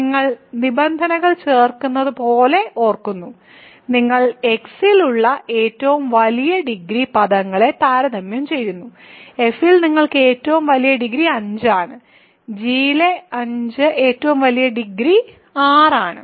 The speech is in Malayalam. നിങ്ങൾ x ൽ ഉള്ള ഏറ്റവും വലിയ ഡിഗ്രി പദങ്ങളെ താരതമ്യം ചെയ്യുന്നു f ൽ നിങ്ങൾക്ക് ഏറ്റവും വലിയ ഡിഗ്രി 5 ആണ് g ലെ 5 ഏറ്റവും വലിയ ഡിഗ്രി 6 ആണ്